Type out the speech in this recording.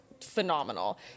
phenomenal